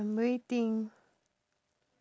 I'm waiting